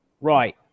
Right